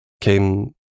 came